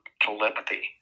telepathy